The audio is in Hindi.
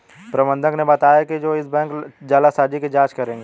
प्रबंधक ने बताया कि वो इस बैंक जालसाजी की जांच करेंगे